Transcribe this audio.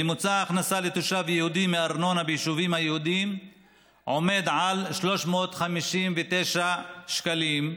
ממוצע ההכנסה לתושב יהודי מארנונה ביישובים היהודיים עומד על 359 שקלים,